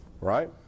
right